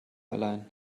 allein